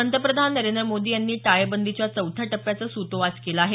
पंतप्रधान नरेंद्र मोदी यांनी टाळेबंदीच्या चौथ्या टप्प्याचं सुतोवाच केलं आहे